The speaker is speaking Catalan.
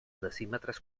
decímetres